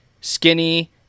skinny